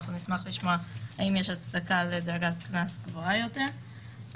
אנחנו נשמח לשמוע האם יש הצדקה לדרגת קנס גבוהה יותר.